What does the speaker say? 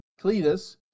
Cletus